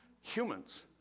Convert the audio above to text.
humans